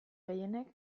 gehienek